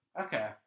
Okay